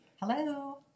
Hello